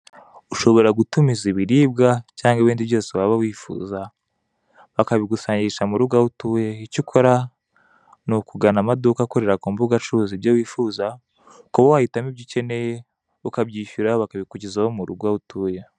ushobora gutumiza ibiribwa cyangwa ibindi byose waba wifuza bakabigusangisha murugo aho utuye icyo ukora nukugana amaduka akorera kumbuga acuruza ibyo wifuza ukaba wahitamo ibyo ukeneye ukabyishyura bakabikugezaho murugo aho utuye.